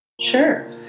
sure